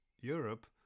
Europe